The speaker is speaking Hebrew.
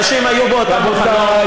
אנשים היו באותם מקומות,